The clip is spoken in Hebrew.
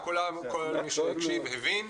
כל מי שהקשיב, הבין.